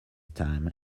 time